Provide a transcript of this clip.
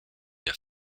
der